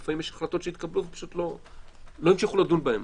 לפעמים יש החלטות שהתקבלו ופשוט לא המשיכו לדון בהן.